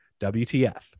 WTF